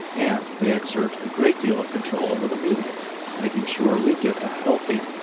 and they exert a great deal of control over the media making sure we get a healthy,